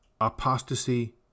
Apostasy